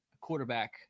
quarterback